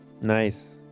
nice